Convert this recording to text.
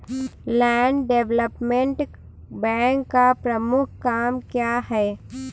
Land development bank का प्रमुख काम क्या है?